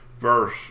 verse